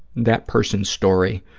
that person's story,